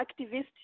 activist